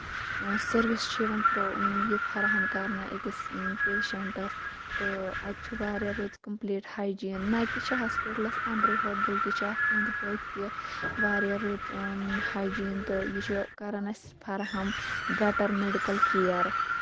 service چھےٚ یِوان پرو یہِ فَراہَم کرنہٕ أکِس پیشَنٹَس تہٕ اَتہِ چھُ واریاہ رٕژ کَمپٕلیٹ ہایجیٖن نہ کہِ ہاسپِٹلَس اَندرٕے ہوت بٔلکہِ چھِ اَتھ أنٛدۍ پٔکۍ تہِ واریاہ رُت ہایجیٖن تہٕ یہِ چھُ کران اَسہِ فَراہَم گَٹر میٚڈِکٕلۍ کِیر